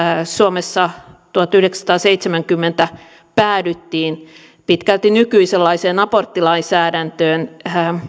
suomessa tuhatyhdeksänsataaseitsemänkymmentä päädyttiin pitkälti nykyisenlaiseen aborttilainsäädäntöön